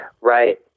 Right